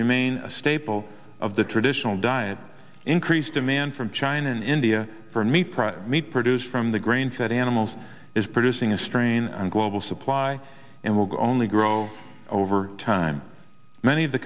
remain a staple of the traditional diet increased demand from china and india for me prior meat produce from the grain fed animals is producing a strain on global supply and will go only grow over time many of the